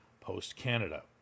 post-Canada